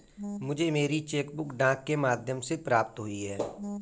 मुझे मेरी cheque book डाक के माध्यम से प्राप्त हुई है